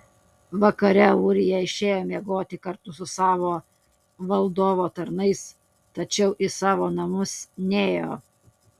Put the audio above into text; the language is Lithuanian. vakare ūrija išėjo miegoti kartu su savo valdovo tarnais tačiau į savo namus nėjo